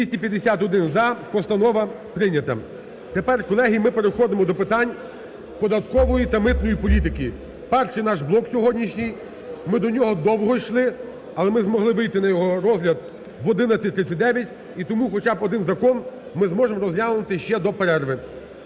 За-251 Постанова прийнята. Тепер, колеги, ми переходимо до питань податкової та митної політики, перший наш блок сьогоднішній, ми до нього довго йшли, але ми змогли вийти на його розгляд в 11:39 і тому хоча б один закон ми зможемо розглянути ще до перерви.